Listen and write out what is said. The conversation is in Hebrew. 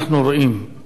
מדי פעם,